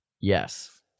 yes